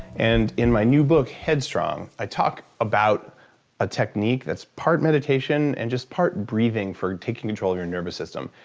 and in my new book, headstrong, i talk about a technique that's part meditation and just part breathing, for taking control of your nervous system,